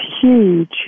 huge